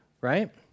right